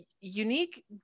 unique